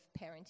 parenting